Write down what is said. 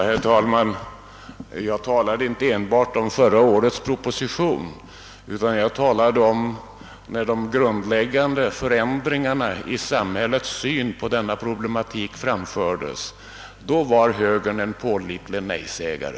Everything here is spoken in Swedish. Herr talman! Jag talade inte enbart om förra årets proposition utan om de tillfällen då de grundläggande förändringarna i samhällets syn på denna problematik framfördes. Då var högern en pålitlig nej-sägare.